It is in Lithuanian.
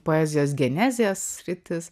poezijos genezės sritis